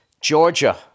Georgia